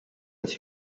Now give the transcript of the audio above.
als